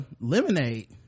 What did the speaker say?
lemonade